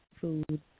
food